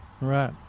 Right